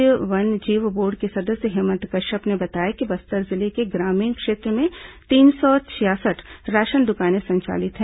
राज्य वन्यजीव बोर्ड के सदस्य हेमंत कश्यप ने बताया कि बस्तर जिले के ग्रामीण क्षेत्रों में तीन सौ छियासठ राशन दुकानें संचालित हैं